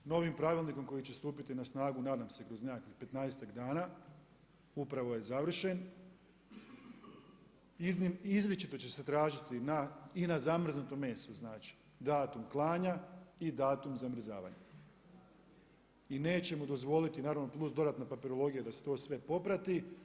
Novim pravilnikom koji će stupiti na snagu, nadam se kroz nekakvih petnaestak dana, upravo je završen, izričito će se tražiti i na zamrznutom mesu datum klanja i datum zamrzavanja, naravno plus dodatna papirologija da se to sve poprati.